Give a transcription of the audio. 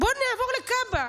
בואו נעבור לכב"א.